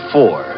Four